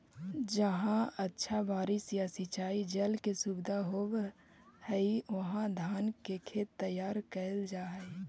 जहाँ अच्छा बारिश या सिंचाई जल के सुविधा होवऽ हइ, उहाँ धान के खेत तैयार कैल जा हइ